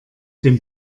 dem